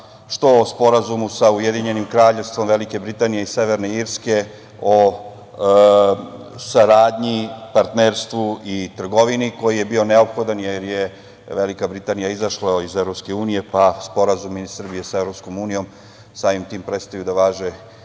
što o Sporazumu za Ujedinjenim Kraljevstvom Velike Britanije i Severne Irske o saradnji, partnerstvu i trgovini, koji je bio neophodan jer je Velika Britanija izašla iz EU, pa i sporazumi Srbije sa EU samim tim prestaju da važe